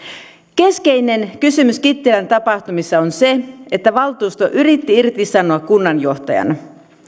keskeinen kysymys kittilän tapahtumissa on se että valtuusto yritti irtisanoa kunnanjohtajan